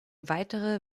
weitere